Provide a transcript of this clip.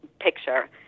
picture